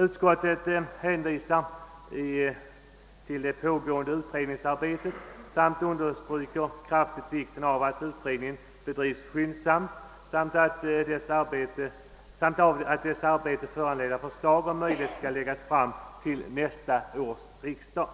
Utskottsmajoriteten hänvisar till det pågående utredningsarbetet och understryker kraftigt vikten av att utredningen bedrivs skyndsamt samt att av dess arbete föranledda förslag om möjligt skall läggas fram till nästa års riksdag.